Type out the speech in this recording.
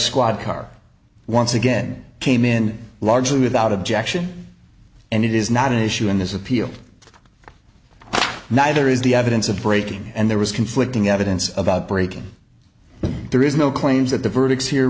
squad car once again came in largely without objection and it is not an issue in this appeal neither is the evidence of breaking and there was conflicting evidence about breaking but there is no claims that the verdicts here